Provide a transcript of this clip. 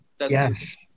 Yes